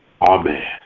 Amen